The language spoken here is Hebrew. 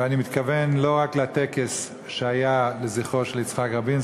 ואני מתכוון לא רק לטקס שהיה לזכרו של יצחק רבין,